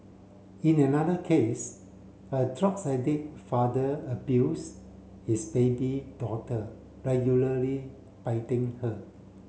in another case a drugs addict father abused his baby daughter regularly biting her